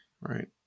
Right